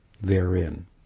therein